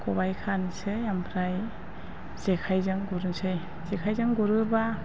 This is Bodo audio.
खबाइ खानोसै ओमफ्राय जेखाइजों गुरनोसै जेखाइजों गुरोब्ला